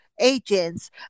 agents